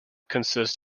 consists